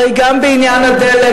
(חבר הכנסת כרמל שאמה יוצא מאולם המליאה.) הרי גם בעניין הדלק,